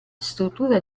struttura